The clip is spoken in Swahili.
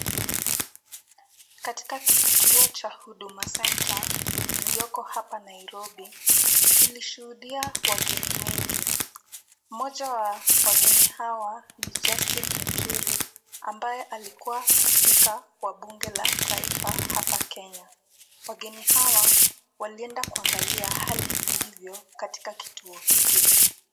Katika kituo cha Huduma Center, ilioko hapa Nairobi, ilishuhudia wageni wengi. Mmoja wa wageni hawa ni Justin Muturi, ambaye alikuwa spika wa bunge la taifa hapa Kenya. Wageni hawa walienda kuangalia hali ilivyo katika kituo hiki.